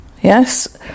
Yes